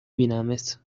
بینمت